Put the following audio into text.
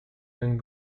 and